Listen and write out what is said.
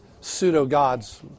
pseudo-gods